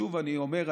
שוב אני אומר,